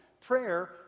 prayer